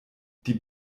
die